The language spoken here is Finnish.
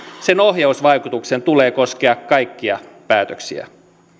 sen ohjausvaikutuksen tulee koskea kaikkia päätöksiä